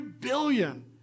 billion